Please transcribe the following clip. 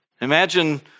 Imagine